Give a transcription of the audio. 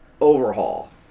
overhaul